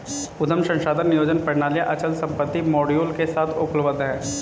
उद्यम संसाधन नियोजन प्रणालियाँ अचल संपत्ति मॉड्यूल के साथ उपलब्ध हैं